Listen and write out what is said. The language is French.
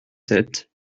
sept